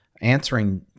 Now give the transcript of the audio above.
answering